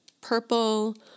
purple